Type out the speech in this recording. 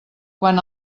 quan